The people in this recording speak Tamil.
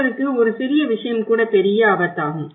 சிலருக்கு ஒரு சிறிய விஷயம்கூட பெரிய ஆபத்தாகும்